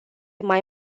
mai